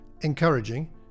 encouraging